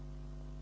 Hvala.